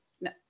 no